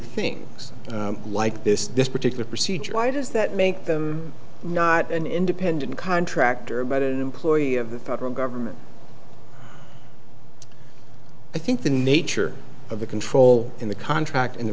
things like this this particular procedure why does that make them not an independent contractor but an employee of the federal government i think the nature of the control in the contract in the